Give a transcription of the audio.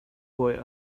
boy